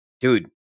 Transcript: dude